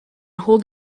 hold